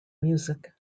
music